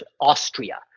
Austria